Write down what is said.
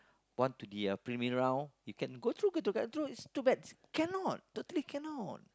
want to the premier round you can go through want to get through it's too bad cannot totally cannot